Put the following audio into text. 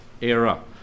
era